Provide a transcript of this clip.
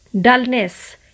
dullness